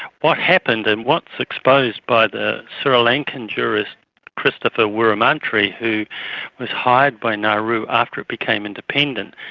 what happened and what is exposed by the sri lankan jurist christopher weeramantry who was hired by nauru after it became independent,